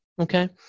Okay